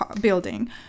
building